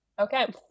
Okay